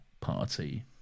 Party